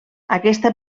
aquesta